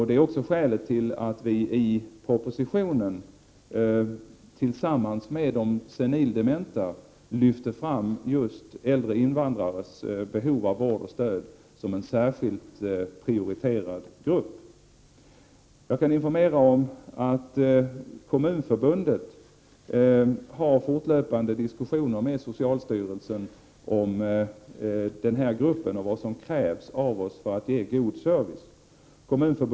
Det är skälet till att vi i propositionen — det gäller då också de senildementa — lyfter fram just frågan om äldre invandrares behov av vård och stöd. De här människorna utgör en särskilt prioriterad grupp. Kommunförbundet har fortlöpande diskussioner med socialstyrelsen om den aktuella gruppen och om vad som krävs av oss när det gäller att ge god service.